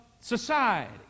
society